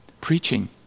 preaching